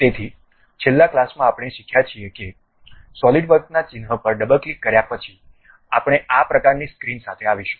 તેથી છેલ્લા ક્લાસમાં આપણે શીખ્યા છે કે સોલિડવર્કના ચિહ્ન પર ડબલ ક્લિક કર્યા પછી અમે આ પ્રકારની સ્ક્રીન સાથે આવીશું